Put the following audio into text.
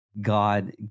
God